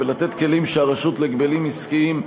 לתת כלים שהרשות להגבלים עסקיים,